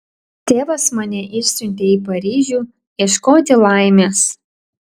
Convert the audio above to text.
tėvas mane išsiuntė į paryžių ieškoti laimės